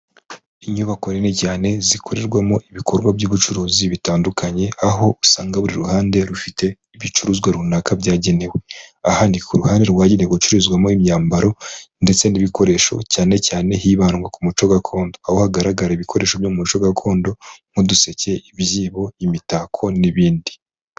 Inyubako nini cyane zikorerwamo ibikorwa by'ubucuruzi bitandukanye, aho usanga buri ruhande rufite ibicuruzwa runaka byagenewe. Aha ni ku ruhande rwagewe gucururizwamo imyambaro ndetse n'ibikoresho cyane cyane hibandwa ku muco gakondo .Aho hagaragara ibikoresho byo muco gakondo nk'uduseke, ibyibo ,imitako n'ibindi.